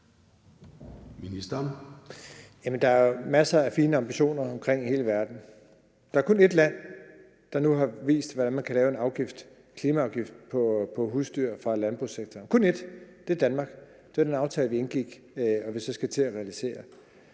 (Jeppe Bruus): Der er masser af fine ambitioner rundtomkring i hele verden. Der er kun ét land, der nu har vist, hvordan man kan lave en klimaafgift på husdyr fra landbrugssektoren – kun ét! Det er Danmark med den aftale, vi indgik, og som vi skal til at realisere.